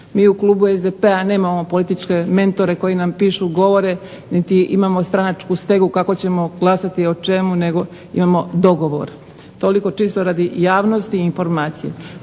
Mi u klubu SDP-a nemamo političke mentore koji nam pišu govore, niti imam stranačku stegu kako ćemo glasati i o čemu, nego imamo dogovor. Toliko čisto radi javnosti i informacije.